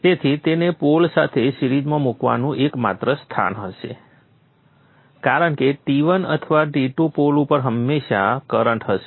તેથી તેને પોલ સાથે સિરીઝમાં મૂકવાનું એકમાત્ર સ્થાન હશે કારણ કે T1 અથવા T2 પોલ ઉપર હંમેશા કરંટ હશે